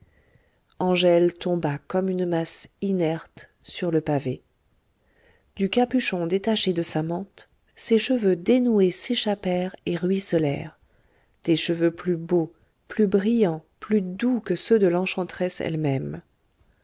angèle tomba comme une masse inerte sur le pavé du capuchon détaché de sa mante ses cheveux dénoués s'échappèrent et ruisselèrent des cheveux plus beaux plus brillants plus doux que ceux de l'enchanteresse elle-même